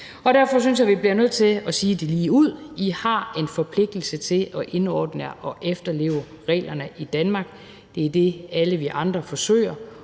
og derfor synes jeg, vi bliver nødt til at sige det ligeud: I har en forpligtelse til at indordne jer og efterleve reglerne i Danmark, det er det, alle vi andre forsøger.